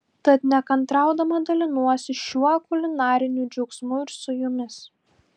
tad nekantraudama dalinuosi šiuo kulinariniu džiaugsmu ir su jumis